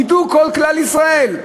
ידעו עליו כל כלל ישראל,